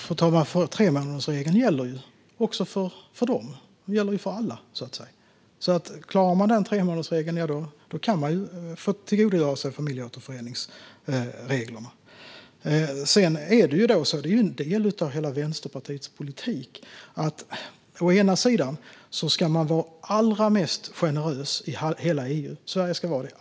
Fru talman! Tremånadersregeln gäller ju också för dem. Den gäller för alla, så om man klarar tremånadersregeln kan man tillgodogöra sig familjeåterföreningsreglerna. Sedan är det ju en del av Vänsterpartiets politik att Sverige ska vara det allra mest generösa landet i hela EU.